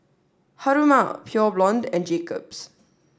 Haruma Pure Blonde and Jacob's